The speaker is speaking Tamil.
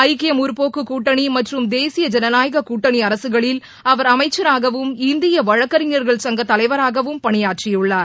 ஐக்கிய முற்போக்குக் கூட்டணி மற்றும் தேசிய ஜனநாயகக் கூட்டணி அரசுகளில் அவர் அமைச்சராகவும் இந்திய வழக்கறிஞர்கள் சங்கத் தலைவராகவும் அவர் பணியாற்றியுள்ளார்